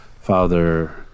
Father